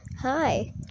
Hi